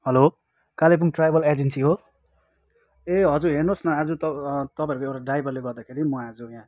hello Kalimpong travel agency हो ए हजुर हेर्नुहोस् न आज त तपाईँहरूको एउटा ड्राइभरले गर्दाखेरि म आज यहाँ